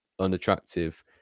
unattractive